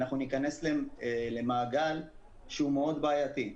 אנחנו ניכנס למעגל שהוא מאוד בעייתי.